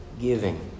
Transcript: giving